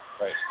Right